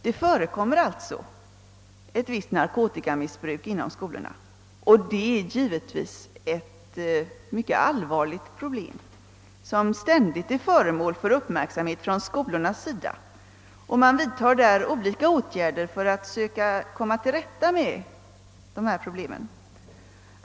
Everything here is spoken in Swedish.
Det förekommer således ett visst narkotikamissbruk inom skolorna, och det är givetvis ett mycket allvarligt problem, som ständigt är föremål för uppmärksamhet från skolornas sida. Man vidtar där olika åtgärder för att söka komma till rätta med dessa problem.